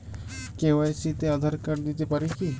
KYC তে Aadhaar card দিতে পারি কি?